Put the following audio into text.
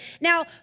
now